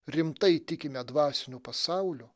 rimtai tikime dvasiniu pasauliu